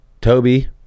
toby